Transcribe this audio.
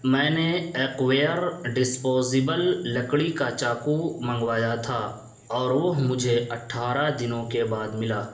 میں نے Ecoware disposable لکڑی کا چاقو منگوایا تھا اور وہ مجھے اٹھارہ دنوں کے بعد ملا